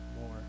more